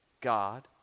God